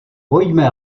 pojďme